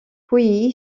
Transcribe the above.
pouilly